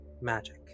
magic